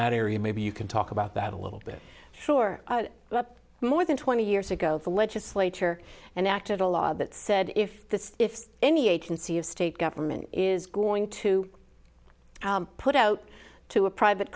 that area maybe you can talk about that a little bit sure up more than twenty years ago the legislature enacted a law that said if this if any agency of state government is going to put out to a private